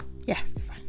yes